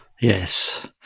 Yes